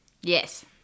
Yes